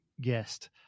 guest